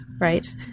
right